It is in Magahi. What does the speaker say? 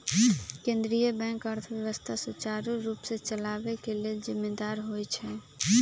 केंद्रीय बैंक अर्थव्यवस्था सुचारू रूप से चलाबे के लेल जिम्मेदार होइ छइ